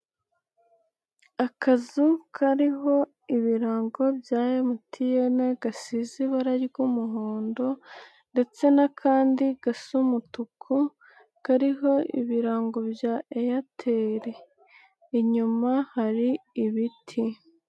Akazu kariho ibirango bya MTN, gasize ibara ry'umuhondo ndetse n'akandi gasa umutuku, kariho ibirango bya Eyateli, inyuma hari ibiti.